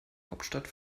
hauptstadt